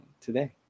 today